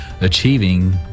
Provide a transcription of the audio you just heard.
achieving